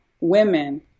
women